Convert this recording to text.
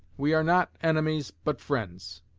we are not enemies, but friends.